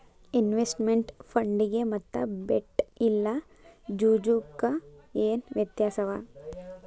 Investment ಫಂಡಿಗೆ ಮತ್ತ bet ಇಲ್ಲಾ ಜೂಜು ಕ ಏನ್ ವ್ಯತ್ಯಾಸವ?